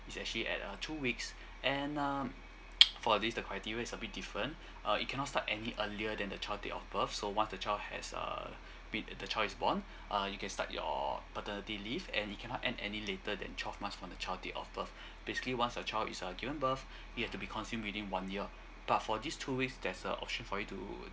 it's actually at uh two weeks and um for this the criteria is a bit different uh it cannot start any earlier than the child date of birth so once the child has uh be the child is born uh you can start your paternity leave and it cannot end any later than twelve months from the child date of birth basically once a child is uh given birth it have to be consume within one year but for these two weeks there's a option for you to